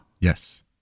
Yes